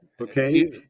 Okay